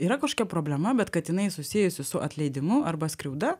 yra kašokia problema bet kad inai susijusi su atleidimu arba skriauda